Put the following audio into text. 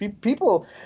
People